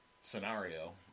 scenario